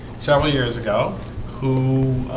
several years ago who